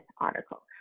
article